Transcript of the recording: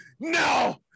No